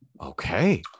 Okay